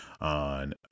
on